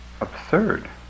absurd